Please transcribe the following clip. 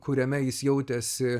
kuriame jis jautėsi